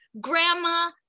grandma